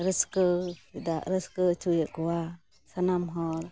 ᱨᱟᱹᱥᱠᱟᱹ ᱫᱚ ᱨᱟᱹᱥᱠᱟ ᱚᱪᱚᱭᱮᱫ ᱠᱚᱣᱟ ᱥᱟᱱᱟᱢ ᱦᱚᱲ